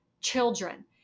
children